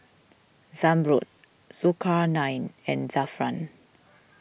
Zamrud Zulkarnain and Zafran